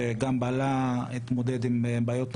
שגם בעלה התמודד עם בעיות נפשיות.